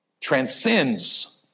transcends